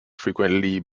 frequently